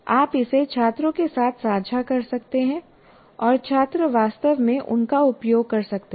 आप इसे छात्रों के साथ साझा कर सकते हैं और छात्र वास्तव में उनका उपयोग कर सकते हैं